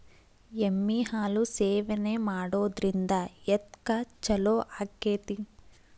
ಎಮ್ಮಿ ಹಾಲು ಸೇವನೆ ಮಾಡೋದ್ರಿಂದ ಎದ್ಕ ಛಲೋ ಆಕ್ಕೆತಿ?